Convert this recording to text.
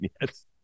yes